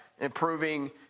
improving